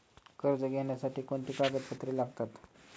कर्ज घेण्यासाठी कोणती कागदपत्रे लागतात?